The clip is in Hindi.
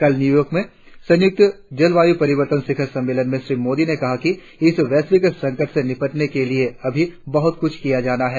कल न्यूयॉर्क में संयुक्त जलवायू परिवर्तन शिखर सम्मेलन में श्री मोदी ने कहा कि इस वैश्विक संकट से निपटाने के लिए अभी बहुत कुछ किया जाना है